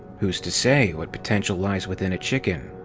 who's to say what potential lies within a chicken.